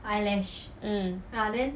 mm